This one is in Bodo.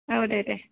औ दे दे